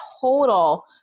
total